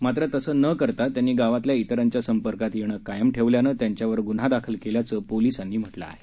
मात्र तसं न करता त्यांनी गावातला इतरांच्या संपर्कात येणं कायम ठेवल्यानं त्यांच्यावर गुन्हा दाखल केल्याचं पोलीसांनी म्हटलं आहे